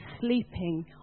sleeping